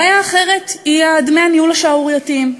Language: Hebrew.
הבעיה האחרת היא דמי הניהול השערורייתיים.